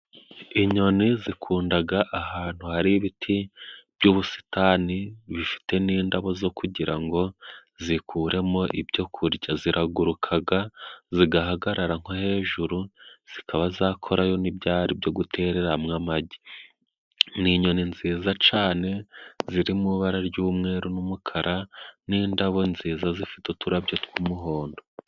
Inyoni zikundaga ahantu hari ibiti by'ubusitani bifite n'indabo zo kugira ngo zikuremo ibyo kurya; ziragurukaga zigahagarara nko hejuru zikaba zakorayo n'ibyari byo gutereramo amagi. Ni inyoni nziza cane ziri mu bara ry'umweru n'umukara n'indabo nziza zifite uturabyo tw'umuhondo.